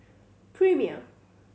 Premier